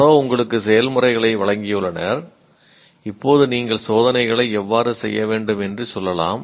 யாரோ உங்களுக்கு செயல்முறைகளை வழங்கியுள்ளனர் இப்போது நீங்கள் சோதனைகளை எவ்வாறு செய்ய வேண்டும் என்று சொல்லலாம்